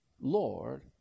Lord